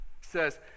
says